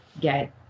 get